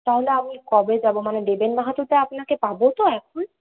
তাহলে আমি কবে যাব মানে দেবেন মাহাতোতে আপনাকে পাব তো এখন